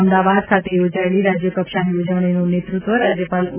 અમદાવાદ ખાતે યોજાયેલી રાજ્યકક્ષાની ઉજવણીનું નેતૃત્વ રાજ્યપાલ ઓ